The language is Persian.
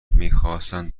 میخواستند